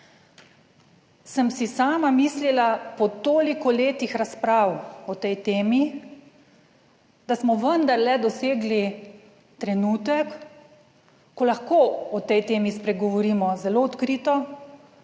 sem si sama mislila, po toliko letih razprav o tej temi, da smo vendarle dosegli trenutek, ko lahko o tej temi spregovorimo zelo odkrito,